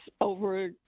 over